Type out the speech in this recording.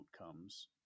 outcomes